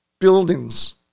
buildings